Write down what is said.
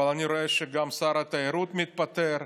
אבל אני רואה שגם שר התיירות מתפטר,